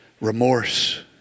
Remorse